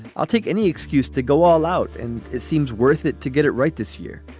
i'll take any excuse to go all out. and it seems worth it to get it right this year.